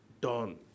done